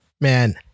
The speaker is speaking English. Man